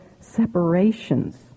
separations